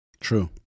True